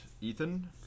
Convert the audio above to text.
Ethan